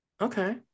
okay